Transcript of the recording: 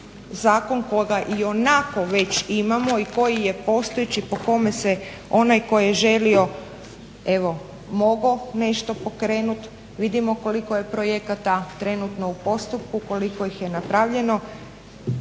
zakon koga i onako već imamo i koji je postojeći i po kome se onaj tko je želio mogao nešto pokrenuti. Vidimo koliko je projekata trenutno u postupku, koliko ih je napravljano